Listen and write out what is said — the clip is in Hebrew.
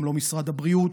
וגם לא משרד הבריאות.